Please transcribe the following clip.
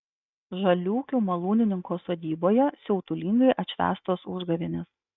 žaliūkių malūnininko sodyboje siautulingai atšvęstos užgavėnės